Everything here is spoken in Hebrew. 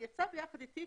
יצא ביחד אתי.